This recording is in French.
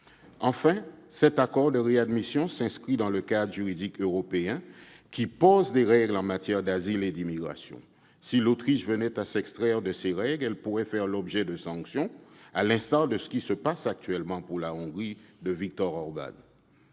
Enfin, cet accord de réadmission s'inscrit dans le cadre juridique européen, qui pose des règles en matière d'asile et d'immigration. Si l'Autriche venait à s'abstraire de ces règles, elle pourrait faire l'objet de sanctions, à l'instar de ce qui se passe actuellement pour la Hongrie de Viktor Orbán,